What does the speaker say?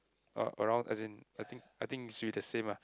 uh around as in I think I think should be the same ah